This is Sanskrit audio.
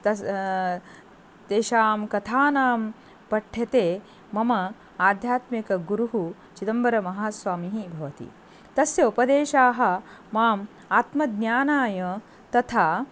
तस् तेषां कथानां पठ्यते मम आध्यात्मिकगुरुः चिदम्बरमहास्वामिः भवति तस्य उपदेशाः माम् आत्मज्ञानाय तथा